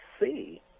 see